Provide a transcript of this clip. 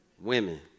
Women